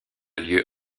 lieu